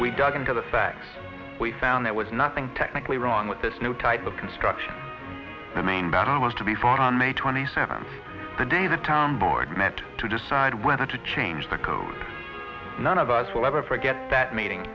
we dug into the facts we found there was nothing technically wrong with this new type of construction the main battle was to be fought on may twenty seventh the day the town board met to decide whether to change the code none of us will ever forget that meeting